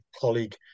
colleague